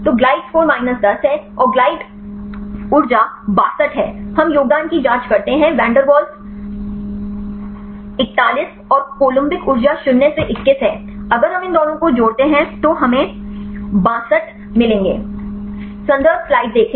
तो glide score minus 10 है और ग्लाइड ऊर्जा 62 है हम योगदान की जाँच करते हैं वैन डेर वाल्स 41 और कोलम्बिक ऊर्जा शून्य से 21 है अगर हम इन दोनों को जोड़ते हैं तो हमें 62 मिलेंगे